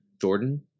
Jordan